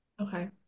okay